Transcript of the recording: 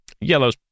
Yellow's